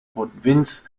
provinz